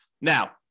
Now